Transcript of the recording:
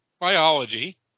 biology